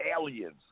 aliens